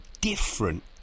different